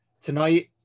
tonight